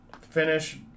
finish